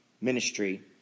ministry